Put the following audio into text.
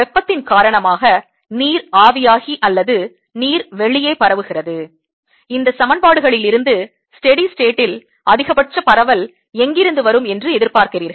வெப்பத்தின் காரணமாக நீர் ஆவியாகி அல்லது நீர் வெளியே பரவுகிறது இந்த சமன்பாடுகளிலிருந்து ஸ்டெடி ஸ்டேட்டில் அதிகபட்ச பரவல் எங்கிருந்து வரும் என்று எதிர்பார்க்கிறீர்கள்